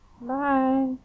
Bye